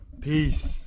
Peace